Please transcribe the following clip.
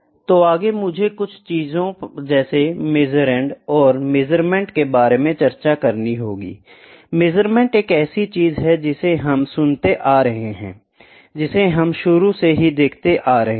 तो आगे मुझे कुछ चीजों जैसे मेसुरंड और मेज़रमेंट के बारे में चर्चा करनी होगी मेजरमेंट एक ऐसी चीज है जिसे हम सुनते आ रहे हैं जिसे हम शुरू से ही देखते आ रहे हैं